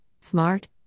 smart